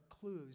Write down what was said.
clues